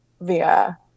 via